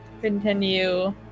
continue